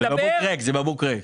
זה בקבוק ריק.